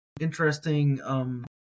interesting